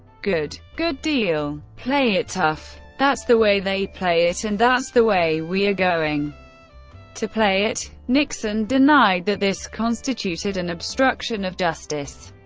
good. good deal. play it tough. that's the way they play it and that's the way we are going to play it. nixon denied that this constituted an obstruction of justice,